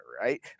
right